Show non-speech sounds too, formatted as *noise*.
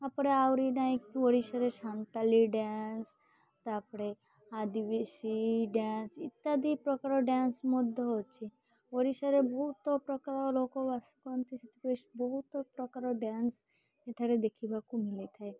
ତା'ପରେ ଆହୁରି *unintelligible* ଓଡ଼ିଶାରେ ସାନ୍ତାଳି ଡ୍ୟାନ୍ସ ତା'ପରେ ଆଦିବାଶୀ ଡ୍ୟାନ୍ସ ଇତ୍ୟାଦି ପ୍ରକାର ଡ୍ୟାନ୍ସ ମଧ୍ୟ ଅଛି ଓଡ଼ିଶାରେ ବହୁତ ପ୍ରକାର ଲୋକ ବାସ କରନ୍ତି ସେଥିରେ ବହୁତ ପ୍ରକାର ଡ୍ୟାନ୍ସ ଏଠାରେ ଦେଖିବାକୁ ମିଳିଥାଏ